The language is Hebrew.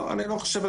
לא, אני לא חושב.